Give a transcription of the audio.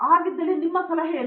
ಹಾಗಿದ್ದಲ್ಲಿ ಈಗ ನಿಮ್ಮ ಸಲಹೆ ಏನು